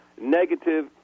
negative